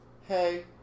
hey